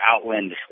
outland